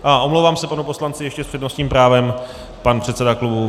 A omlouvám se panu poslanci ještě s přednostním právem pan předseda klubu.